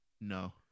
No